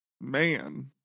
man